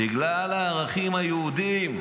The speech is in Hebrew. בגלל הערכים היהודיים,